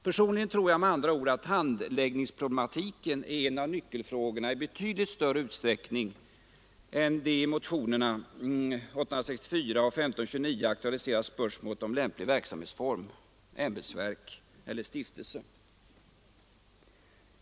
Personligen tror jag med andra ord att handläggningsproblematiken är en av nyckelfrågorna i betydligt större utsträckning än det i motionerna 864 och 1529 aktualiserade spörsmålet om lämplig verksamhetsform — ”ämbetsverk eller stiftelse”.